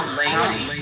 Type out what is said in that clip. lazy